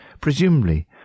Presumably